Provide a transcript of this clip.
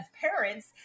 parents